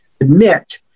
admit